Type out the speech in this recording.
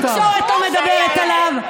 וכל התקשורת הייתה מדברת עליו.